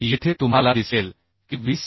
येथे तुम्हाला दिसेल की 20 मि